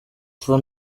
gupfa